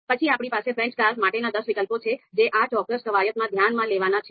પછી આપણી પાસે ફ્રેન્ચ કાર માટેના દસ વિકલ્પો છે જે આ ચોક્કસ કવાયતમાં ધ્યાનમાં લેવાના છે